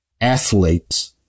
athletes